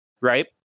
right